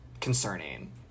concerning